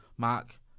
Mark